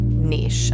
niche